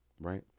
right